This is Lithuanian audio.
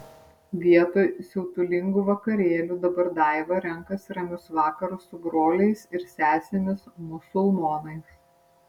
vietoj siautulingų vakarėlių dabar daiva renkasi ramius vakarus su broliais ir sesėmis musulmonais